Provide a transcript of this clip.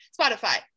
spotify